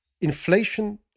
inflation